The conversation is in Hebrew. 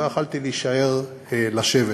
לא יכולתי להישאר לשבת,